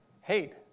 hate